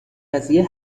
قضیه